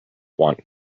want